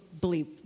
believe